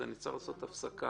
אז אני צריך לעשות הפסקה.